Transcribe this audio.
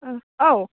ओं औ